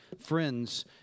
Friends